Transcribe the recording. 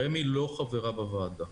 רמ"י לא חברה בוועדה.